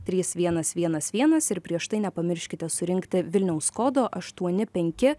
trys vienas vienas vienas ir prieš tai nepamirškite surinkti vilniaus kodo aštuoni penki